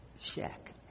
Shack